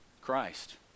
Christ